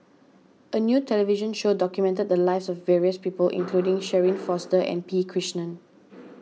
a new television show documented the lives of various people including Shirin Fozdar and P Krishnan